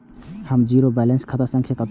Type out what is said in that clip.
हमर zero balance के खाता संख्या बतबु?